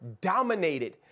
dominated